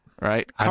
Right